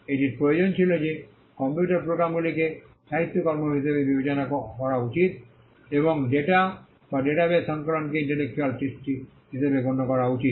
এটির প্রয়োজন ছিল যে কম্পিউটার প্রোগ্রামগুলিকে সাহিত্যকর্ম হিসাবে বিবেচনা করা উচিত এবং ডেটা বা ডাটাবেস সংকলনকেও ইন্টেলেকচুয়াল সৃষ্টি হিসাবে গণ্য করা উচিত